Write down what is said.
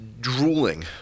drooling